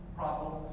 problem